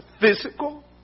physical